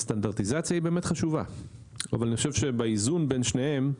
הסטנדרטיזציה היא בהחלט חשובה אם זה באיזון בין שניהם,